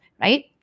right